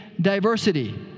diversity